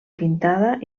pintada